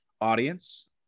Audience